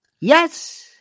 Yes